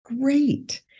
Great